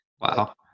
Wow